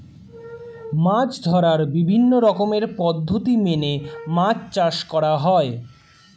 মাছ ধরার বিভিন্ন রকমের পদ্ধতি মেনে মাছ চাষ করা হয়